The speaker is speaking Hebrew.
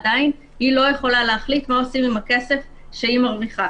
עדיין היא לא יכולה להחליט מה עושים עם הכסף שהיא מרוויחה.